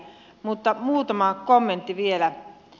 mutta muutama kommentti vielä